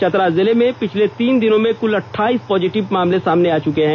चतरा जिले में पिछले तीन दिनों में क्ल अठाईस पॉजिटिव केस सामने आ चुके हैं